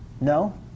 No